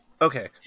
okay